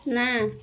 ନା